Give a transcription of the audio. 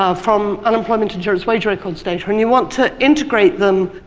um from unemployment insurance, wage records data, and you want to integrate them